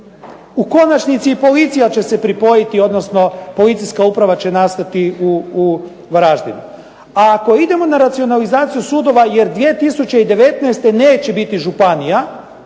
U konačnici i policija će se pripojiti odnosno policijska uprava će nastati u Varaždinu. A ako idemo na racionalizaciju sudova jer 2019. neće biti županija